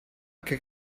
que